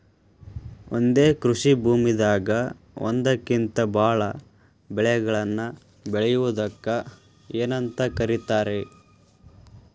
ಒಂದೇ ಕೃಷಿ ಭೂಮಿದಾಗ ಒಂದಕ್ಕಿಂತ ಭಾಳ ಬೆಳೆಗಳನ್ನ ಬೆಳೆಯುವುದಕ್ಕ ಏನಂತ ಕರಿತಾರೇ?